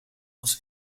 was